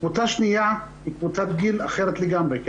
קבוצה שנייה היא קבוצת גיל אחרת לגמרי כי